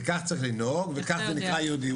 כך צריך לנהוג וכך זה נקרא יהודי.